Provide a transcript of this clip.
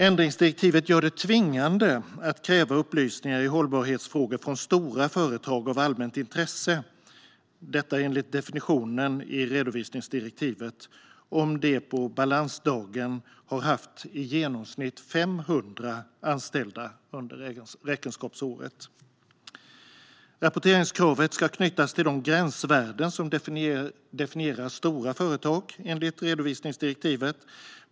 Ändringsdirektivet gör det tvingande att kräva upplysningar i hållbarhetsfrågor från stora företag av allmänt intresse - detta enligt definitionen i redovisningsdirektivet - om de på balansdagen har haft i genomsnitt 500 anställda under räkenskapsåret. Rapporteringskravet ska knytas till de gränsvärden som definierar stora företag enligt redovisningsdirektivet.